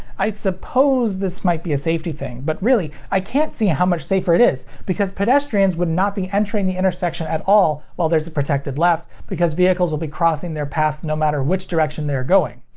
i suppose this might be a safety thing, but really i can't see how much safer it is because pedestrians would not be entering the intersection at all while there's a protected left because vehicles will be crossing their path no matter which direction they are going.